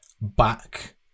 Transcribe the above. back